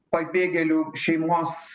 pabėgėlių šeimos